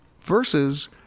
versus